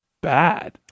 bad